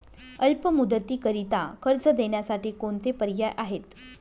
अल्प मुदतीकरीता कर्ज देण्यासाठी कोणते पर्याय आहेत?